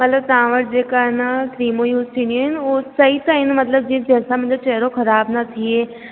हलो तव्हां वटि जेके इहे क्रीमूं यूज़ थींदियूं आहिनि उहे सई त आहिनि मतिलब जंहिंसा मुंहिंजो इहो चेहरो ख़राब न थिए